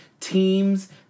Teams